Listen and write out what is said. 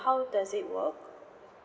how does it work